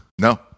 No